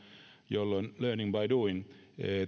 jolloin learning by doing